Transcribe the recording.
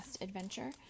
adventure